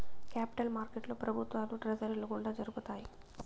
capital మార్కెట్లో ప్రభుత్వాలు ట్రెజరీల గుండా జరుపుతాయి